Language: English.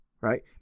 Right